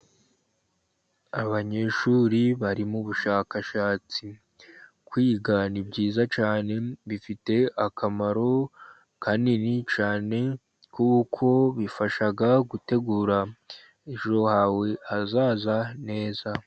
Abanyeshuri bari mu bushakashatsi, kwiga ni byiza cyane bifite akamaro kanini cyane, kuko bifasha gutegura ejo hawe hazaza neza.